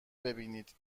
ببینید